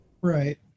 Right